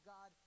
God